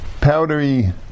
powdery